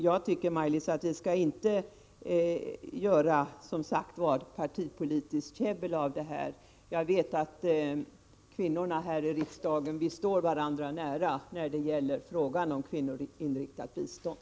Jag tycker, Maj-Lis Lööw, att vi inte skall göra partipolitiskt käbbel av detta. Kvinnorna här i riksdagen står varandra nära när det gäller frågan om kvinnoinriktat bistånd.